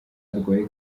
arwaye